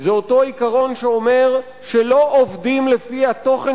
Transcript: זה אותו עיקרון שאומר שלא עובדים לפי התוכן